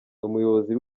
umuyobozi